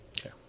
Okay